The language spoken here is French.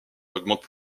augmente